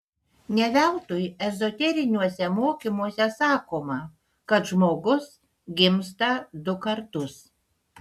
ne veltui ezoteriniuose mokymuose sakoma kad žmogus gimsta du kartus